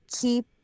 keep